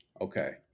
Okay